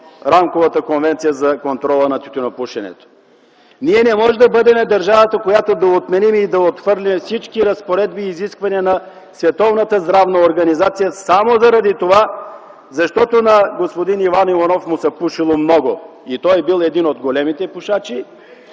Рамковата конвенция за контрол на тютюнопушенето. Ние не можем да бъдем държавата, която да отмени или отхвърли всички разпоредби и изисквания на Световната здравна организация, само заради това, че на господин Иван Иванов му се пушело много и той бил един от големите пушачи.